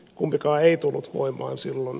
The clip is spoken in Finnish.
kumpikaan ei tullut voimaan silloin